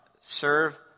Serve